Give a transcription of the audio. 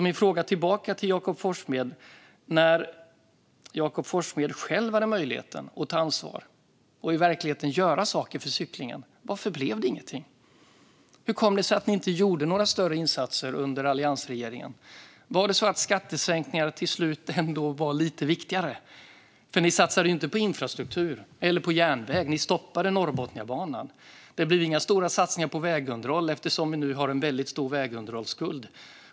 Min fråga tillbaka till Jakob Forssmed är: Varför blev det ingenting när Jakob Forssmed själv hade möjlighet att ta ansvar och i verkligheten göra saker för cyklingen? Hur kom det sig att ni inte gjorde några större insatser under alliansregeringen? Var det så att skattesänkningar till slut ändå var lite viktigare? Ni satsade ju inte på infrastruktur eller järnväg. Ni stoppade Norrbotniabanan. Det blev inga stora satsningar på vägunderhåll, och vi har nu en väldigt stor vägunderhållsskuld.